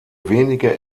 wenige